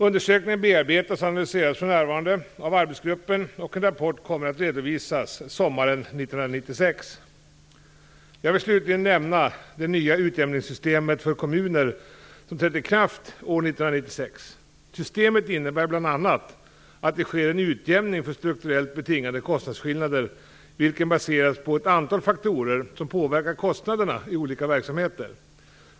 Undersökningen bearbetas och analyseras för närvarande av arbetsgruppen, och en rapport kommer att redovisas sommaren 1996. Jag vill slutligen nämna det nya utjämningssystemet för kommuner som trätt i kraft år 1996. Systemet innebär bl.a. att det sker en utjämning för strukturellt betingade kostnadsskillnader, vilken baseras på ett antal faktorer som påverkar kostnaderna i olika verksamheter.